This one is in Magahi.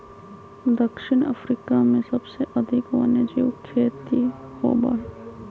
दक्षिण अफ्रीका में सबसे अधिक वन्यजीव खेती होबा हई